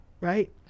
right